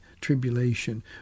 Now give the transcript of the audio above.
tribulation